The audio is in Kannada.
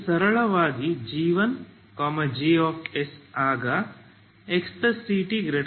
ಇದು ಸರಳವಾಗಿ g1 g ಆಗ xct0